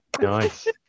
nice